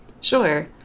Sure